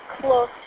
close